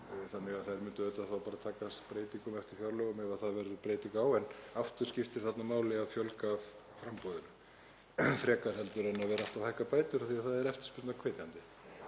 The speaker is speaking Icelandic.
þannig að þær myndu auðvitað bara taka breytingum eftir fjárlögum ef það verður breyting á. En aftur skiptir þarna máli að auka framboð frekar en að vera alltaf að hækka bætur, af því að það er eftirspurnarhvetjandi.